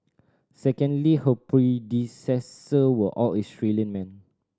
secondly her predecessor were all Australian men